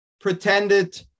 pretended